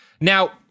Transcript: Now